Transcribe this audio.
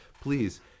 Please